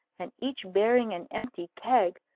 and each bearing an empty keg,